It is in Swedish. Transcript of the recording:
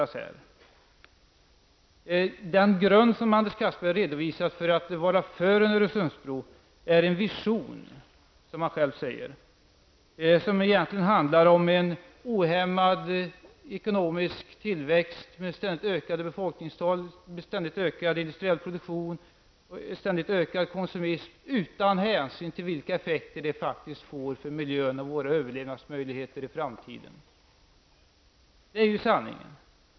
Anders Castberger redogjorde för vad han grundar sin inställning att vara för en Öresundsbro på, nämligen en vision. Denna vision handlar egentligen om en ohämmad ekonomisk tillväxt med ständigt ökande befolkningstal, ökad industriell produktion och konsumtion utan hänsyn till vilka effekterna blir på miljön och våra överlevandsmöjligheter i framtiden. Det är sanningen.